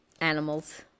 animals